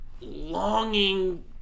longing